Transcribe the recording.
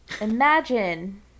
Imagine